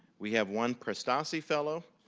we have one perstosi fellow,